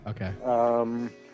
Okay